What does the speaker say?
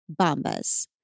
Bombas